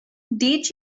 did